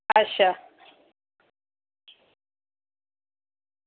अच्छा